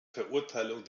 verurteilung